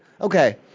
Okay